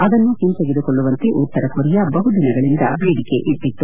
ಅದನ್ನು ಹಿಂತೆಗೆದುಕೊಳ್ಳುವಂತೆ ಉತ್ತರ ಕೊರಿಯಾ ಬಹುದಿನಗಳಿಂದ ಬೇಡಿಕೆ ಇಟ್ಟತ್ತು